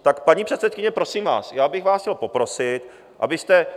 Tak paní předsedkyně, prosím vás, já bych vás chtěl poprosit, abyste...